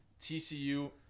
TCU